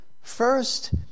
First